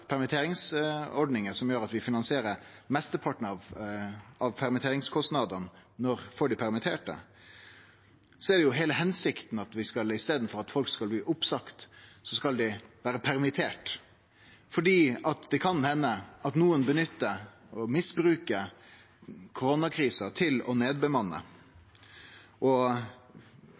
permitteringsordningar som gjer at vi finansierer mesteparten av permitteringskostnadene for dei permitterte, er jo at i staden for at folk skal bli oppsagde, skal dei vere permitterte. For det kan hende at nokre nyttar seg av, misbrukar, koronakrisa til å nedbemanne